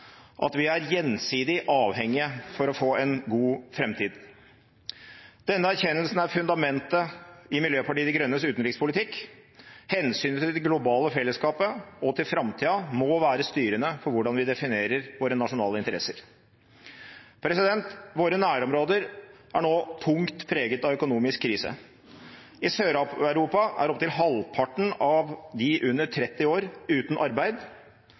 at vi er gjensidig avhengige for å få en god framtid. Denne erkjennelsen er fundamentet i Miljøpartiet De Grønnes utenrikspolitikk. Hensynet til det globale fellesskapet og til framtida må være styrende for hvordan vi definerer våre nasjonale interesser. Våre nærområder er nå tungt preget av økonomisk krise. I Sør-Europa er opptil halvparten av de under 30 år uten arbeid.